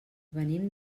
venim